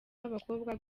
b’abakobwa